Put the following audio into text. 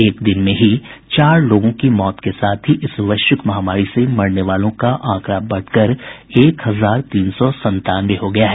एक दिन में ही चार लोगों की मौत के साथ ही इस वैश्विक महामारी से मरने वालों का आंकड़ा बढ़कर एक हजार तीन सौ संतानवे हो गया है